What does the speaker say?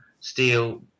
steel